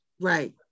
Right